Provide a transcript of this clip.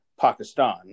Pakistan